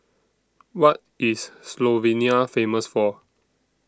What IS Slovenia Famous For